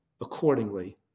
accordingly